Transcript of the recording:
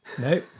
No